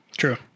true